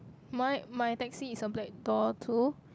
my my Taxi is a black door too